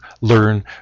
learn